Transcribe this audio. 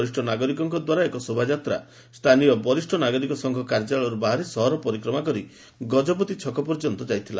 ବରିଷ୍ ନାଗରିକଙ୍ଙ ଦ୍ୱାରା ଏକ ଶୋଭାଯାତ୍ରା ସ୍ଥାନୀୟ ବରିଷ୍ ନାଗରିକ ସଂଘ କାର୍ଯ୍ୟାଳୟଠାରୁ ବାହାରି ସହର ପରିକ୍ରମା କରି ଗଜପତି ଛକ ପର୍ଯ୍ୟନ୍ତ ଆୟୋଜିତ ହୋଇଛି